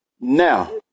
Now